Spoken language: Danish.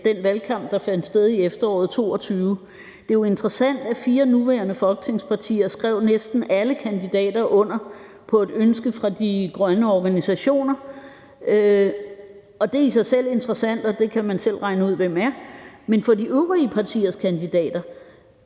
den valgkamp, der fandt sted i efteråret 2022, at fra fire nuværende folketingspartier skrev næsten alle kandidater under på et ønske fra de grønne organisationer. Det er i sig selv interessant, og det kan man selv regne ud hvem er. Men for de øvrige partiers kandidater